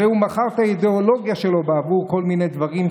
הרי הוא מכר את האידיאולוגיה שלו בעבור כל מיני דברים,